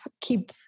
keep